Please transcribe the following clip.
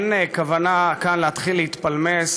אין כוונה כאן להתחיל להתפלמס